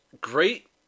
great